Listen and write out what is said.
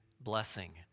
blessing